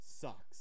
sucks